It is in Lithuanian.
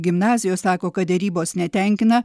gimnazijos sako kad derybos netenkina